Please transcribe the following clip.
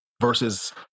versus